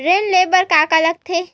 ऋण ले बर का का लगथे?